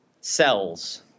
cells